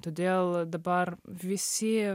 todėl dabar visi